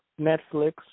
Netflix